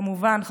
כמובן,